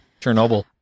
chernobyl